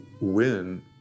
win